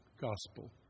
Gospel